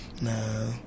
No